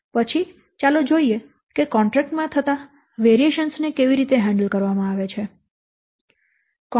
પછી ચાલો જોઈએ કે કોન્ટ્રેક્ટ માં થતા વેરીએશન્સ ને કેવી રીતે હેંડેલ કરવામાં આવે છે